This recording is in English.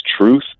truth